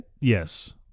yes